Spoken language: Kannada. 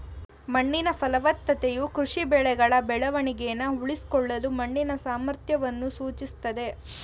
ಮಣ್ಣಿನ ಫಲವತ್ತತೆಯು ಕೃಷಿ ಸಸ್ಯಗಳ ಬೆಳವಣಿಗೆನ ಉಳಿಸ್ಕೊಳ್ಳಲು ಮಣ್ಣಿನ ಸಾಮರ್ಥ್ಯವನ್ನು ಸೂಚಿಸ್ತದೆ